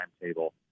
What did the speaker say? timetable